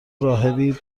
راهبی